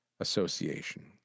Association